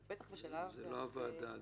בטח בשלב הזה --- זה לא הוועדה עדיין,